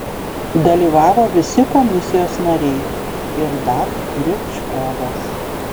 dalyvavo visi komisijos nariai ir dar kriučkovas